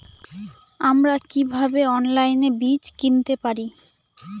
আমরা কীভাবে অনলাইনে বীজ কিনতে পারি?